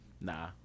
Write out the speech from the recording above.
Nah